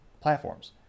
platforms